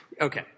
Okay